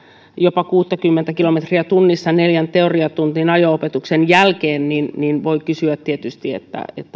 jopa kuusikymmentä kilometriä tunnissa neljän ajo opetuksen teoriatunnin jälkeen jolloin voi kysyä tietysti